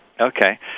Okay